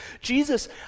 Jesus